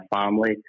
family